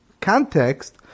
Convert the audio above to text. context